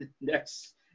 next